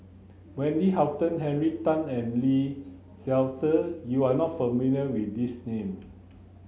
wendy Hutton Henry Tan and Lee Seow Ser you are not familiar with these name